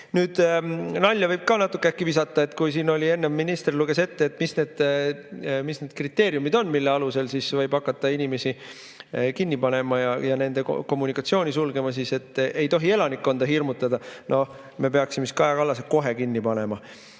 nalja võib ka natuke äkki visata? Kui siin enne minister luges ette, mis need kriteeriumid on, mille alusel võib hakata inimesi kinni panema ja nende kommunikatsiooni sulgema, siis [üks oli], et ei tohi elanikkonda hirmutada. No me peaksime siis Kaja Kallase kohe kinni panema.